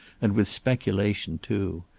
and with speculation, too.